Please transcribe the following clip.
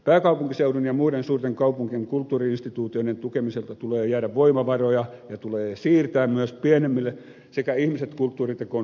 pääkaupunkiseudun ja muiden suurten kaupunkien kulttuuri instituutioiden tukemiselta tulee jäädä voimavaroja ja tulee siirtää niitä myös pienemmille sekä kulttuuritekoon osallistuville toimijoille